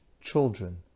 children